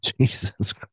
Jesus